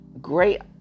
great